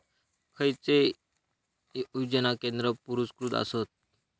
खैचे योजना केंद्र पुरस्कृत आसत?